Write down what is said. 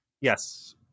Yes